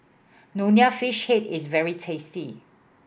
Nonya Fish Head is very tasty